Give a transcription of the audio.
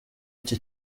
iki